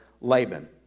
Laban